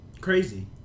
Crazy